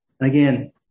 Again